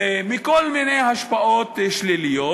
מכל מיני השפעות שליליות,